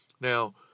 Now